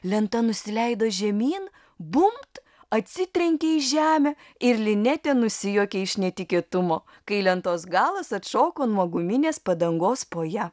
lenta nusileido žemyn bumbt atsitrenkė į žemę ir linetė nusijuokė iš netikėtumo kai lentos galas atšoko nuo guminės padangos po ja